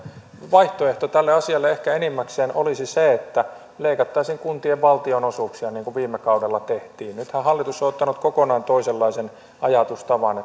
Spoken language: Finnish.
vaihtoehto tälle asialle ehkä enimmäkseen olisi se että leikattaisiin kuntien valtionosuuksia niin kuin viime kaudella tehtiin nythän hallitus on ottanut kokonaan toisenlaisen ajatustavan